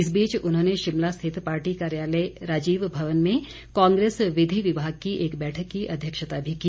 इस बीच उन्होंने शिमला स्थित पार्टी कार्यालय राजीव भवन में कांग्रेस विधि विभाग की एक बैठक की अध्यक्षता भी की